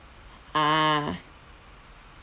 ah